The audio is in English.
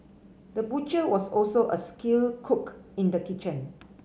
the butcher was also a skilled cook in the kitchen